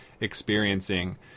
experiencing